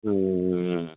ம் ம் ம்